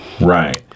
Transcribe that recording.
Right